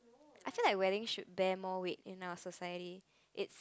I think I willing should bear more with in our society it